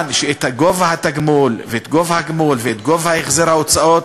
גובה התגמול וגובה הגמול וגובה החזר ההוצאות,